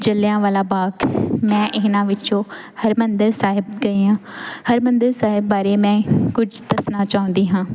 ਜਲਿਆਂਵਾਲਾ ਬਾਗ ਮੈਂ ਇਹਨਾਂ ਵਿੱਚੋਂ ਹਰਿਮੰਦਰ ਸਾਹਿਬ ਗਈ ਹਾਂ ਹਰਿਮੰਦਰ ਸਾਹਿਬ ਬਾਰੇ ਮੈਂ ਕੁਝ ਦੱਸਣਾ ਚਾਹੁੰਦੀ ਹਾਂ